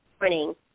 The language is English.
morning